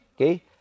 okay